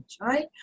right